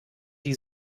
die